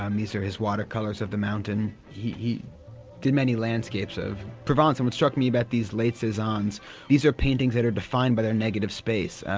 um these are his watercolours of the mountain. he did many landscapes of province, and what struck me about these late cezannes these are paintings that are defined by their negative space.